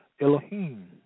Elohim